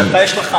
התקרה,